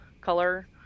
color